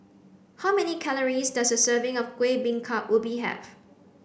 how many calories does a serving of Kueh Bingka Ubi have